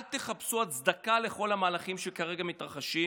אל תחפשו הצדקה לכל המהלכים שכרגע מתרחשים,